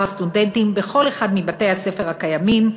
הסטודנטים בכל אחד מבתי-הספר הקיימים,